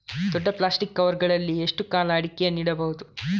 ದೊಡ್ಡ plastic cover ಗಳಲ್ಲಿ ಎಷ್ಟು ಕಾಲ ಅಡಿಕೆಗಳನ್ನು ಇಡಬಹುದು?